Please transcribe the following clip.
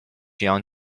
巡洋舰